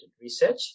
research